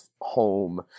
home